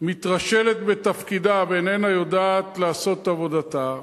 מתרשלת בתפקידה ואיננה יודעת לעשות את עבודתה,